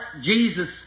Jesus